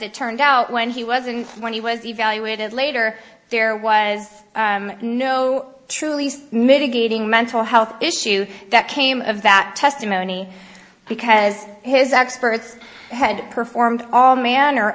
it turned out when he was and when he was evaluated later there was no truly mitigating mental health issue that came of that testimony because his experts had performed all manner